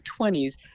20s